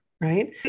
right